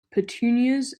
petunias